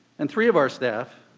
and three of our staff,